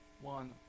one